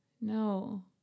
No